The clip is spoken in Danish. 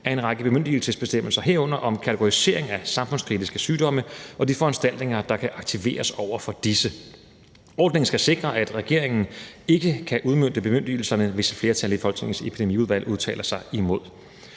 af en række bemyndigelsesbestemmelser, herunder om kategorisering af samfundskritiske sygdomme og de foranstaltninger, der kan aktiveres over for disse. Ordningen skal sikre, at regeringen ikke kan udmønte bemyndigelserne, hvis et flertal i Folketingets Epidemiudvalg udtaler sig imod.